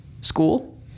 school